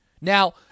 Now